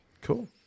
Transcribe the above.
Cool